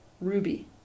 ruby